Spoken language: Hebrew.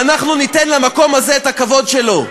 ואנחנו ניתן למקום הזה את הכבוד שלו.